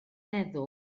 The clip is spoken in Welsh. meddwl